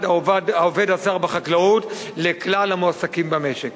העובד הזר בחקלאות לכלל המועסקים במשק,